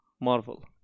Marvel